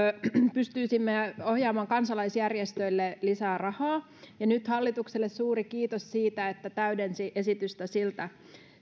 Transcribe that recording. pystyisimme ohjaamaan kansalaisjärjestöille lisää rahaa ja nyt hallitukselle suuri kiitos siitä että se täydensi esitystä siltä